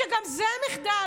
שגם זה מחדל,